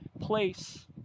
place